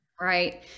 right